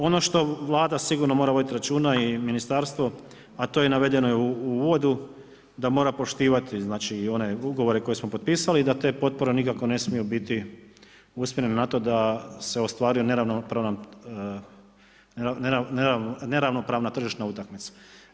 Ono što Vlada sigurno mora voditi računa i Ministarstvo, a to je navedeno u uvodu, da mora poštivati znači, one ugovore koje smo potpisali i da te potpore nikako ne smiju biti usmjerene na to da se ostvari neravnopravna tržišna utakmica.